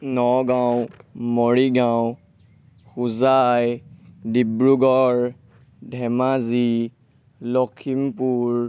Nagaon Morigaon Hojai Dibrugarh Dhemaji Lakhimpur